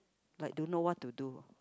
like don't know what to do